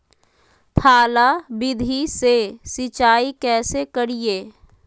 थाला विधि से सिंचाई कैसे करीये?